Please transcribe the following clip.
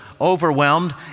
overwhelmed